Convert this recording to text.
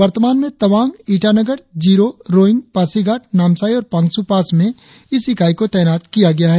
वर्तमान में तवांग ईटानगर जीरो रोईंग पासीघाट नामसाई और पांगसूपास में इस इकाई को तैनात किया गया है